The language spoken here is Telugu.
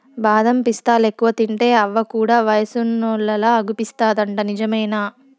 బాదం పిస్తాలెక్కువ తింటే అవ్వ కూడా వయసున్నోల్లలా అగుపిస్తాదంట నిజమేనా